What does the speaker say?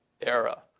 era